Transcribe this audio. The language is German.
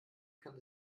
kann